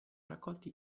raccolti